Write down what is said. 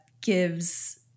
gives